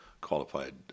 qualified